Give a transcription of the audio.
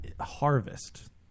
harvest